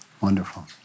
Wonderful